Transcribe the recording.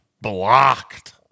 Blocked